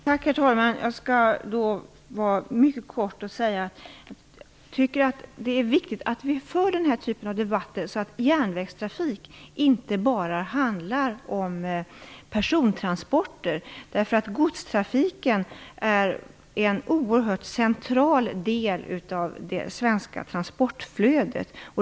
Herr talman! Jag skall fatta mig mycket kort. Jag tycker att det är viktigt att föra den här typen av debatter. Järnvägstrafiken skall inte bara handla om persontransporter. Godstrafiken är nämligen en oerhört central del av det svenska transportflödet.